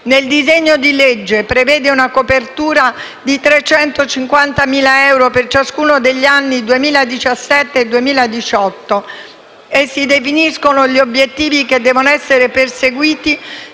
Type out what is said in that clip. Il disegno di legge in esame prevede una copertura finanziaria di 350.000 euro per ciascuno degli anni 2017 e 2018 e definisce gli obiettivi che devono essere perseguiti